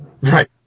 Right